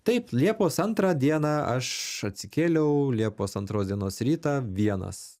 taip liepos antrą dieną aš atsikėliau liepos antros dienos rytą vienas